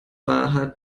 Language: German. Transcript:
war